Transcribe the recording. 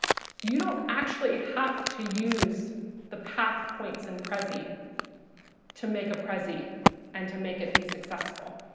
you don't actually have to use the path points in prezi to make a prezi and to make it be successful.